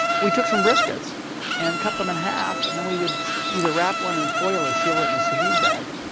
took some briskets and cut them in half. and then we would either wrap one in foil or seal it in a sous vide bag,